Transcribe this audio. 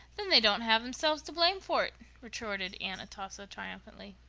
then they don't have themselves to blame for it, retorted aunt atossa triumphantly.